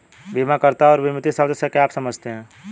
बीमाकर्ता और बीमित शब्द से आप क्या समझते हैं?